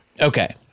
Okay